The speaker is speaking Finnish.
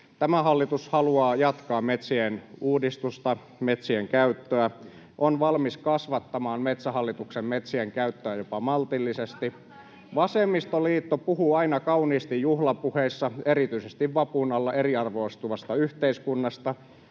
Tämä hallitus haluaa jatkaa metsien uudistusta, metsien käyttöä, on valmis kasvattamaan Metsähallituksen metsien käyttöä jopa maltillisesti. [Oikealta: Kasvattaa hiilinieluja!] Vasemmistoliitto puhuu aina kauniisti juhlapuheissa, erityisesti vapun alla, eriarvoistuvasta yhteiskunnasta.